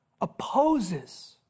Opposes